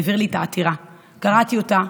העביר לי את העתירה, קראתי אותה,